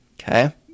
okay